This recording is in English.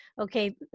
okay